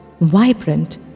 vibrant